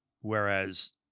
whereas